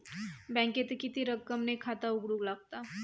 बँकेत किती रक्कम ने खाता उघडूक लागता?